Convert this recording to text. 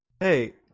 Hey